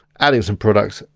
adding some products,